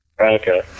Okay